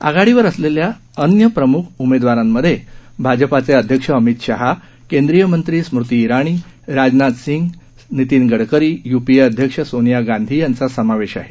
आघाडीवर असलेल्या अन्य प्रमुख उमेदवारांमध्ये भाजपाचे अध्यक्ष अमित शहा केंद्रीय मंत्री स्मृती इराणी राजनाथ सिंह नितीन गडकरी यूपीए अध्यक्ष सोनिया गांधी यांचा समावेश आहे